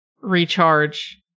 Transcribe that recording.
recharge